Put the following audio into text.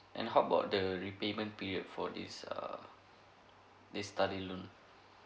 and how about the repayment period for this err this study loan